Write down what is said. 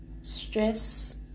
stress